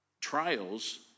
Trials